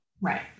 Right